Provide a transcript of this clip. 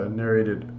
narrated